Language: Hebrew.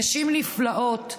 נשים נפלאות,